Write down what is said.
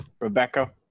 Rebecca